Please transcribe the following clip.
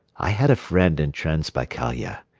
i had a friend in transbaikalia.